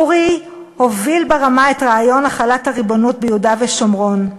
אורי הוביל ברמה את רעיון החלת הריבונות ביהודה ושומרון,